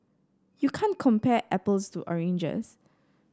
you can't compare apples to oranges